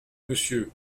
monsieur